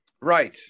Right